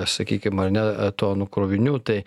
sakykim ar ne tonų krovinių tai